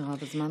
מרב, הזמן תם.